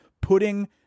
putting